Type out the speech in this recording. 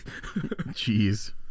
Jeez